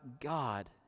God